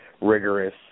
rigorous